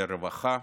לרווחה,